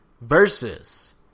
versus